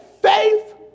faith